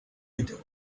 widow